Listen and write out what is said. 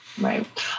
Right